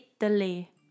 Italy